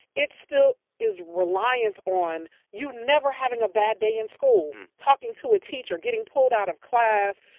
it still is reliant on you never having a bad day in school. talking to a teacher, getting pulled out of class,